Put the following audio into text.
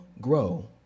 grow